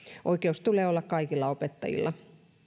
oikeus tulee olla kaikilla opettajilla